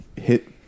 hit